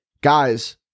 Guys